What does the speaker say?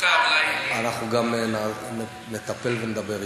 אנחנו גם נטפל ונדבר אתם.